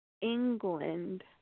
England